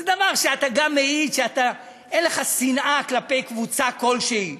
זה דבר שגם מעיד שאין לך שנאה כלפי קבוצה כלשהי.